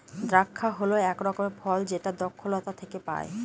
দ্রাক্ষা হল এক রকমের ফল যেটা দ্রক্ষলতা থেকে পায়